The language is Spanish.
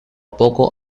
poco